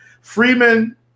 Freeman